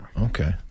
Okay